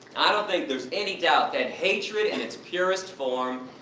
i don't think there is any doubt, that hatred, in its purest form,